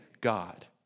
God